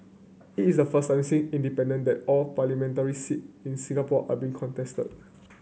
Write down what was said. it is the first time independent all parliamentary seat in Singapore are being contested